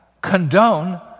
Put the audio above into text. condone